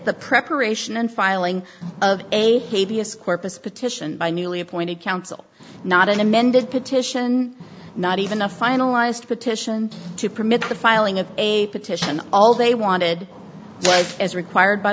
the preparation and filing of a k v s corpus petition by newly appointed counsel not an amended petition not even a finalized petition to permit the filing of a petition all they wanted as required by